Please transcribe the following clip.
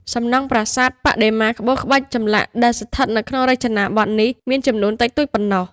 សំណង់ប្រាសាទ បដិមា ក្បូរក្បាច់ចម្លាក់ ដែលស្ថិតនៅក្នុងរចនាបថនេះ មានចំនួនតិចតួចប៉ុណ្ណោះ។